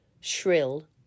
shrill